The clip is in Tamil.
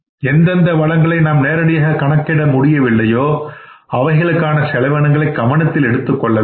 எந்தெந்த வளங்களை நாம் நேரடியாக கண்டுபிடிக்க முடியவில்லையோ அவைகளுக்கான செலவினங்களை கவனத்தில் எடுத்துக்கொள்ள வேண்டும்